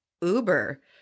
Uber